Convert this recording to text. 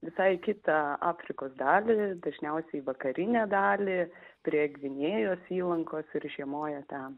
visai į kitą afrikos dalį dažniausiai į vakarinę dalį prie gvinėjos įlankos ir žiemoja ten